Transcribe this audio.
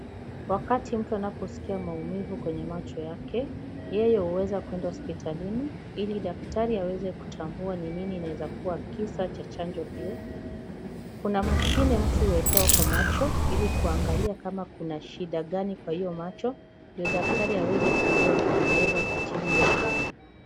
Wakati mtu anaposikia maumivu kwenye macho yake, yeye huweza kwenda hospitalini ili daktari aweze kutambua ni nini inaweza kuwa kisa cha chanjo hiyo. Kuna mashine mtu huwekewa kwa macho ili kuangalia kama kuna shida gani kwa hiyo macho, ndio daktari aweze kujua wenye anaweza kutibu hiyo ugonjwa.